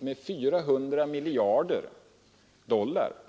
med kanske 400 miljarder dollar.